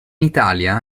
italia